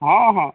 हँ हँ